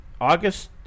August